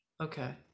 okay